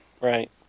Right